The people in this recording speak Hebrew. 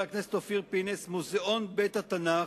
מוזיאון בית-התנ"ך,